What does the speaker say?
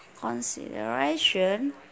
Consideration